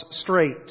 straight